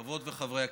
חברות וחברי הכנסת,